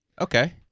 Okay